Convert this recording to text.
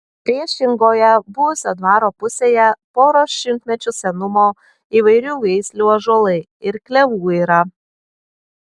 priešingoje buvusio dvaro pusėje poros šimtmečių senumo įvairių veislių ąžuolai ir klevų yra